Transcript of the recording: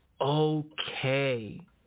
okay